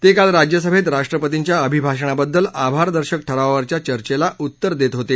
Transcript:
ते काल राज्यसभेतराष्ट्रपर्तीच्या अभिभाषणाबद्दल आभारदर्शक ठरावावरच्या चर्चेला उत्तर देत होते